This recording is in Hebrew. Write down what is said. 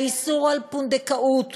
האיסור על פונדקאות